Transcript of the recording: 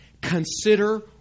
consider